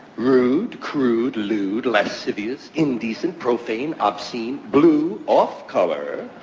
rude, crude, lewd, lascivious, indecent, profane, obscene, blue, off-colour,